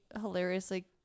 hilariously